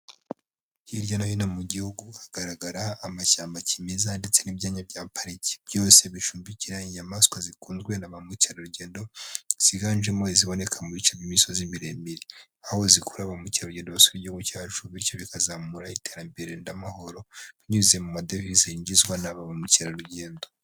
Hirya no hino mu gihugu, hagaragara amashyamba kimeza ndetse n'ibyanya bya pariki. Byose bicumbikira inyamaswa zikunzwe na ba mukerarugendo, ziganjemo iziboneka mu bice by'imisozi miremire. Aho zikurura ba mukerarugendo basura igihugu cyacu bityo bikazamura iterambere n'amahoro, binyuze mu madevize yinjizwa n'aba bamukerarugendo.